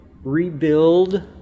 rebuild